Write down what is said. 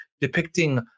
depicting